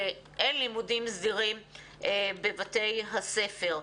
שאין לימודים סדירים בבתי הספר.